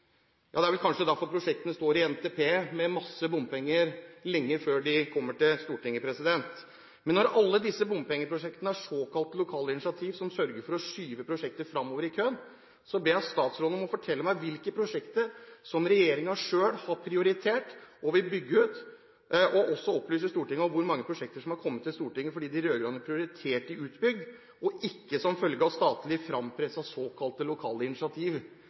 Det er vel kanskje derfor prosjektene står i NTP med masse bompenger lenge før de kommer til Stortinget. Men når alle disse bompengeprosjektene er såkalte lokale initiativ som sørger for å skyve prosjektene fremover i køen, ber jeg statsråden fortelle meg hvilke prosjekter som regjeringen selv har prioritert og vil bygge ut, og også opplyse Stortinget hvor mange prosjekter som har kommet til Stortinget fordi de rød-grønne har prioritert dem utbygd, og ikke som følge av statlig frempressede såkalte lokale initiativ.